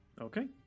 Okay